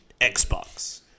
Xbox